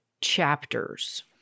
chapters